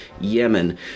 Yemen